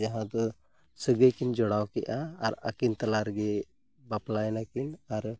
ᱡᱟᱦᱟᱸ ᱫᱚ ᱥᱟᱹᱜᱟᱹᱭᱠᱤᱱ ᱡᱚᱲᱟᱣ ᱠᱮᱫᱼᱟ ᱟᱨ ᱟᱠᱤᱱ ᱛᱟᱞᱟᱨᱮᱜᱮ ᱵᱟᱯᱞᱟᱭᱮᱱᱟᱠᱤᱱ ᱟᱨ